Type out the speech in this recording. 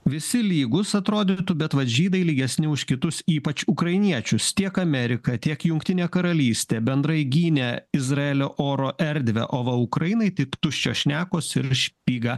visi lygūs atrodytų bet vat žydai lygesni už kitus ypač ukrainiečius tiek amerika tiek jungtinė karalystė bendrai gynė izraelio oro erdvę o va ukrainai tik tuščios šnekos ir špyga